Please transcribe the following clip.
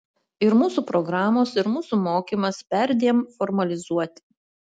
ir mūsų programos ir mūsų mokymas perdėm formalizuoti